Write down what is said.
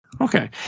Okay